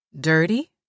Dirty